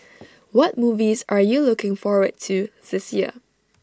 what movies are you looking forward to this year